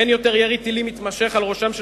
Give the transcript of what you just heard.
אין עוד ירי טילים מתמשך על ראשם של